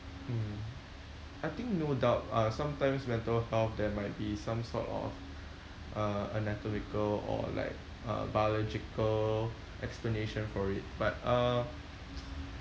mm I think no doubt uh sometimes mental health there might be some sort of uh anatomical or like uh biological explanation for it but uh